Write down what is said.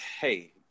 Hey